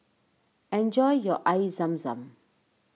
enjoy your Air Zam Zam